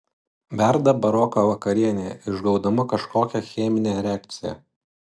verda baroko vakarienė išgaudama kažkokią cheminę reakciją